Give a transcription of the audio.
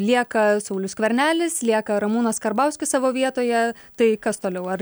lieka saulius skvernelis lieka ramūnas karbauskis savo vietoje tai kas toliau ar